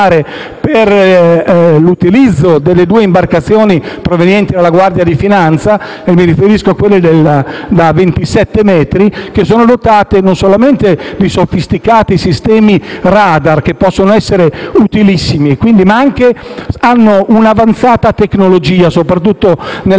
per l'utilizzo delle due imbarcazioni provenienti dalla Guardia di finanza. Mi riferisco a quelle da 27 metri, che sono dotate, non solamente di sofisticati sistemi *radar* che possono essere utilissimi, ma che hanno anche una avanzata tecnologia, soprattutto nella carena. Un collega,